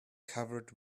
covered